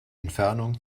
entfernung